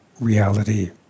Reality